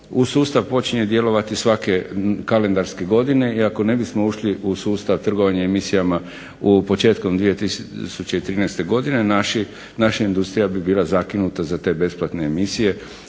u sustav počinje djelovati svake kalendarske godine iako ne bismo ušli u sustav trgovanje emisijama početkom 2013. godine naša industrija bi bila zakinuta za te besplatne emisije